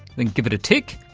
then give it a tick.